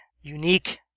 unique